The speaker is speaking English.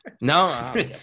no